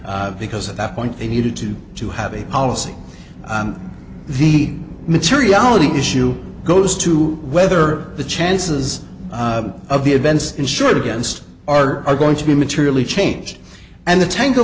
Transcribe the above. it because at that point they needed to to have a policy on the materiality issue goes to whether the chances of the events insured against are are going to be materially changed and the tang